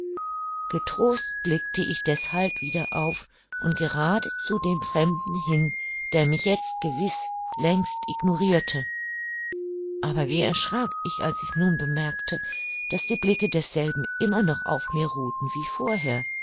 getrost blickte ich deshalb wieder auf und gerade zu dem fremden hin der mich jetzt gewiß längst ignorirte aber wie erschrak ich als ich nun bemerkte daß die blicke desselben immer noch auf mir ruhten wie vorher